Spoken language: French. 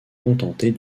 contenter